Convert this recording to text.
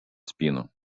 спину